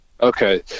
Okay